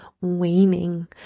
waning